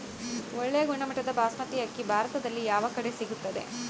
ಒಳ್ಳೆ ಗುಣಮಟ್ಟದ ಬಾಸ್ಮತಿ ಅಕ್ಕಿ ಭಾರತದಲ್ಲಿ ಯಾವ ಕಡೆ ಸಿಗುತ್ತದೆ?